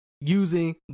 using